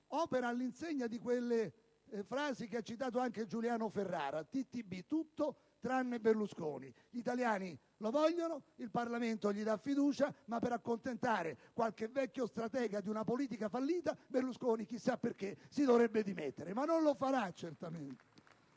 opera all'insegna di quella sigla citata anche da Giuliano Ferrara: TTB, cioè tutto tranne Berlusconi. Gli italiani lo vogliono, il Parlamento gli concede la fiducia, ma per accontentare qualche vecchio stratega di una politica fallita, Berlusconi, chissà perché, dovrebbe dimettersi. Ma certamente